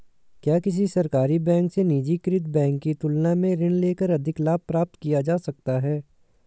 क्या किसी सरकारी बैंक से निजीकृत बैंक की तुलना में ऋण लेकर अधिक लाभ प्राप्त किया जा सकता है?